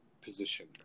position